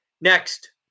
Next